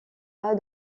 pas